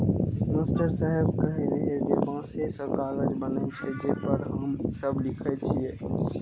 master साहेब कहै रहै जे बांसे सं कागज बनै छै, जे पर हम सब लिखै छियै